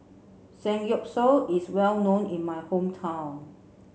Samgyeopsal is well known in my hometown